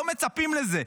לא מצפים לזה.